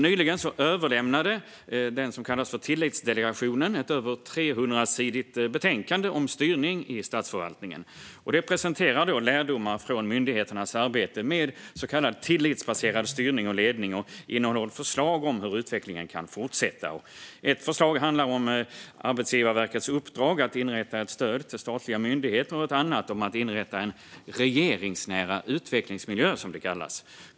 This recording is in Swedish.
Nyligen överlämnade det som kallas Tillitsdelegationen ett över 300 sidor långt betänkande om styrning i statsförvaltningen. Där presenteras lärdomar från myndigheternas arbete med så kallad tillitsbaserad styrning och ledning, och det innehåller förslag om hur utvecklingen kan fortsätta. Ett förslag handlar om Arbetsgivarverkets uppdrag att inrätta ett stöd för statliga myndigheter och ett annat om att inrätta en regeringsnära utvecklingsmiljö, som det kallas.